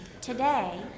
Today